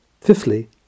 Fifthly